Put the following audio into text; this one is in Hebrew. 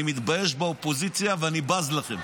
אני מתבייש באופוזיציה ואני בז לכם.